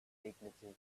dignity